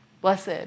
Blessed